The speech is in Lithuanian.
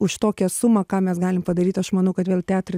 už tokią sumą ką mes galim padaryt aš manau kad vėl teatro